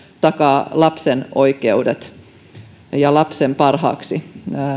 takaa lapsen oikeudet ja lapsen parhaaksi